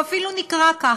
הוא אפילו נקרא כך,